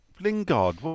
Lingard